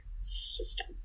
system